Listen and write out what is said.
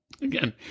Again